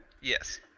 Yes